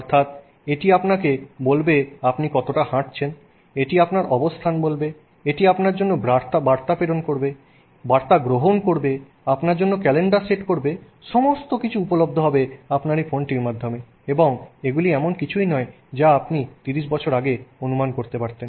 অর্থাৎ এটি আপনাকে বলবে আপনি কতটা হাঁটছেন এটি আপনার অবস্থান বলবে এটি আপনার জন্য বার্তা প্রেরণ করবে বার্তা গ্রহণ করবে আপনার জন্য ক্যালেন্ডার সেট করবে সমস্ত কিছু উপলব্ধ হবে আপনার এই ফোনটির মাধ্যমে এবং এগুলি এমন কিছুই নয় যা আপনি 30 বছর আগে অনুমান করতে পারতেন